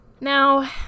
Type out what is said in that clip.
Now